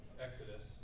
Exodus